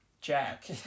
Jack